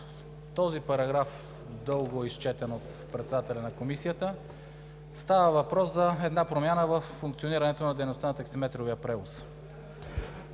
този параграф, изчетен дълго от председателя на Комисията, става въпрос за една промяна във функционирането на дейността на таксиметровия превоз.